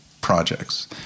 projects